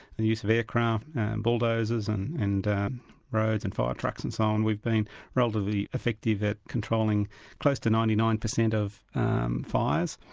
the use of aircraft and bulldozers and and roads and fire-trucks and so on, we've been relatively effective at controlling close to ninety nine percent of fires.